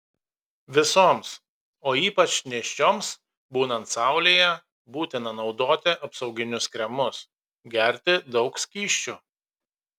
visoms o ypač nėščioms būnant saulėje būtina naudoti apsauginius kremus gerti daug skysčių